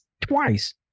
Twice